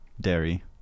Dairy